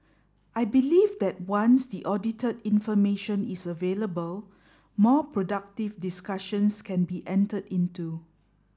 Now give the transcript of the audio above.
I believe that once the audited information is available more productive discussions can be entered into